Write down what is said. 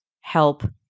help